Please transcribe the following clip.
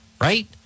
right